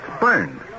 burned